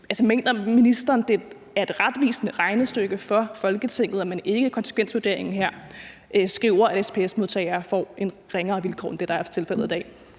Mener ministeren, at det er et retvisende regnestykke for Folketinget, at man ikke i konsekvensvurderingen her skriver, at SPS-modtagere får ringere vilkår end det, der er tilfældet i dag?